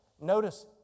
notice